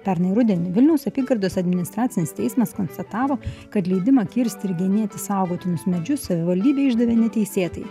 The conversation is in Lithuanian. pernai rudenį vilniaus apygardos administracinis teismas konstatavo kad leidimą kirsti ir genėti saugotinus medžius savivaldybė išdavė neteisėtai